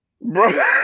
bro